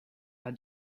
are